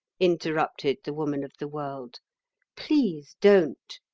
interrupted the woman of the world please don't.